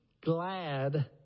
glad